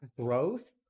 growth